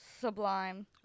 Sublime